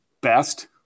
best